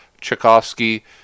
Tchaikovsky